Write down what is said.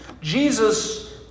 Jesus